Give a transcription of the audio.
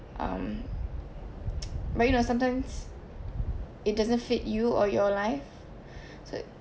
um but you know sometimes it doesn't fit you or your life so